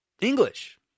English